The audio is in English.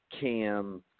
Cam